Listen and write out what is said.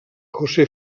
josé